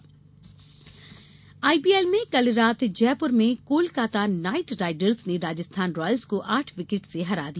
IPL IPL में कल रात जयपुर में कोलकाता नाइट राइडर्स ने राजस्थान रॉयल्स को आठ विकेट से हरा दिया